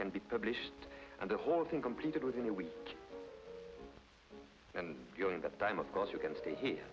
can be published and the whole thing completed within a week and during the time of course you can stay here